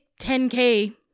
10K